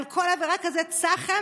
על כל עבירה כזאת צח"מ.